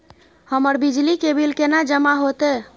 हमर बिजली के बिल केना जमा होते?